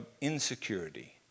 insecurity